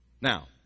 now